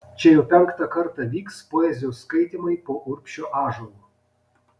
čia jau penktą kartą vyks poezijos skaitymai po urbšio ąžuolu